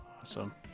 Awesome